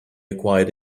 acquired